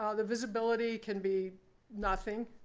ah the visibility can be nothing,